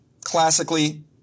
classically